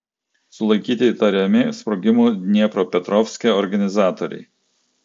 sulaikyti įtariami sprogimų dniepropetrovske organizatoriai